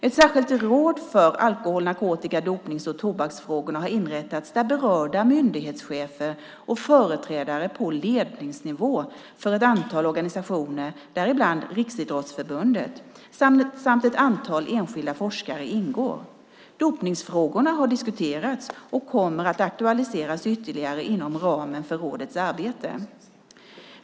Ett särskilt råd för alkohol-, narkotika-, dopnings och tobaksfrågorna har inrättats där berörda myndighetschefer och företrädare på ledningsnivå för ett antal organisationer, däribland Riksidrottsförbundet, samt ett antal enskilda forskare ingår. Dopningsfrågorna har diskuterats och kommer att aktualiseras ytterligare inom ramen för rådets arbete.